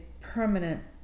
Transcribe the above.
permanent